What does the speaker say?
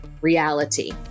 reality